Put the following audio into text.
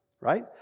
Right